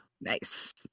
Nice